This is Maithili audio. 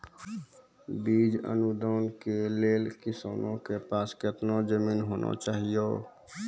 बीज अनुदान के लेल किसानों के पास केतना जमीन होना चहियों?